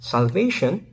Salvation